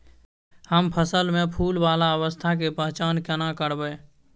हम फसल में फुल वाला अवस्था के पहचान केना करबै?